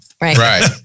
Right